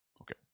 Okay